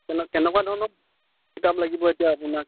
কেনেকুৱা ধৰণৰ কিতাপ লাগিব এতিয়া আপোনাক